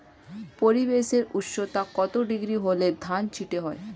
পরিবেশের উষ্ণতা কত ডিগ্রি হলে ধান চিটে হয়?